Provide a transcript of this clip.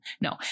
No